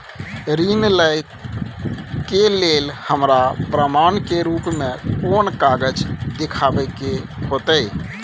ऋण लय के लेल हमरा प्रमाण के रूप में कोन कागज़ दिखाबै के होतय?